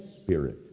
spirit